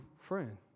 friend